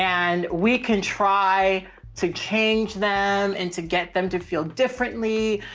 and we can try to change them and to get them to feel differently.